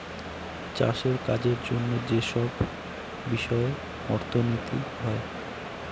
চাষের কাজের জন্য যেসব বিষয়ে অর্থনীতি হয়